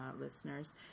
listeners